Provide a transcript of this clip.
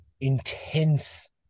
intense